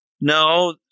no